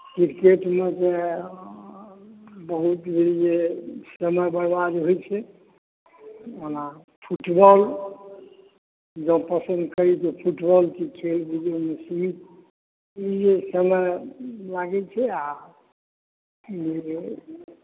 cricket जे बहुत भेल जे समय बर्बाद होइ छै ओना फुटबॉल जँ पसन्द करी तऽ फुटबॉल खेल बुझू जे बहुत नीक छै कनिये समय लागै छै आ बुझू जे